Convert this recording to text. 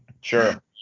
sure